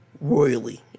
royally